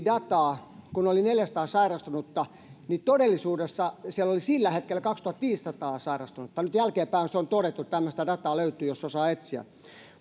dataa kun oli neljäsataa sairastunutta niin todellisuudessa siellä oli sillä hetkellä kaksituhattaviisisataa sairastunutta nyt jälkeenpäin se on todettu tämmöistä dataa löytyy jos osaa etsiä